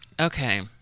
Okay